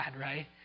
right